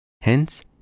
Hence